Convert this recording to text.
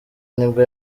nibwo